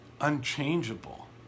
unchangeable